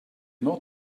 not